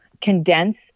condense